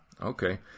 okay